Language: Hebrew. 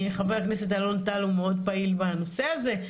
חבר הכנסת אלון טל הוא מאוד פעיל בנושא הזה,